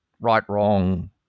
right-wrong